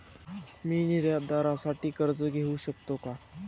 मी निर्यातदारासाठी कर्ज घेऊ शकतो का?